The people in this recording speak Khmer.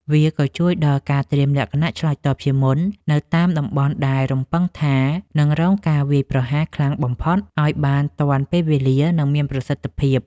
វាក៏ជួយដល់ការត្រៀមលក្ខណៈឆ្លើយតបជាមុន នៅតាមតំបន់ដែលរំពឹងថានឹងរងការវាយប្រហារខ្លាំងបំផុត ឱ្យបានទាន់ពេលវេលា និងមានប្រសិទ្ធភាព។